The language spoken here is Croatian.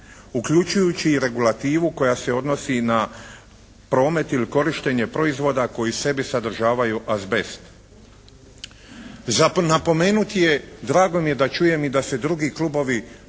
uključujući i regulativu koja se odnosi na promet ili korištenje proizvod a koji u sebi sadržavaju azbest. Za napomenuti je, drago mi je da čujem i da se drugi klubovi